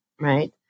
right